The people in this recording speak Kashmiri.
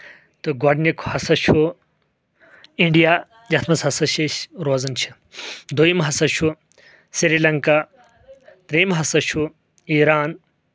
تہٕ گۄڈٕنیُک ہسا چھُ اِنٛڈیا یَتھ منٛز ہسا چھِ أسۍ روزَن چھِ دویِم ہسا چھُ سری لنٛکا تریٚیِم ہسا چھُ ایران